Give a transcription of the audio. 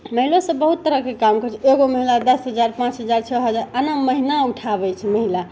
महिलो सभ बहुत तरहके काम करै छै एगो महिला दस हजार पाँच हजार छओ हजार एना महीना उठाबै छै महिला